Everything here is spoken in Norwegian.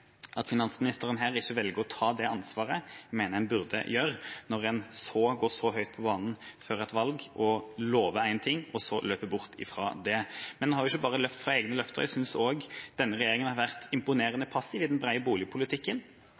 at finansministeren her velger ikke å ta det ansvaret jeg mener hun burde gjøre når en går så høyt på banen før et valg og lover en ting, og så løper bort fra det. Men hun har ikke bare løpt fra egne løfter, jeg synes også denne regjeringen har vært imponerende passiv i den brede boligpolitikken.